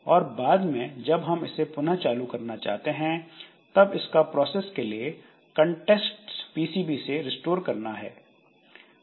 और बाद में जब हम इसे पुनः चालू करना चाहते हैं तब इसका प्रोसेस के लिए कांटेक्स्ट पीसीबी से रिस्टोर करना है